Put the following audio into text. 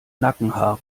nackenhaare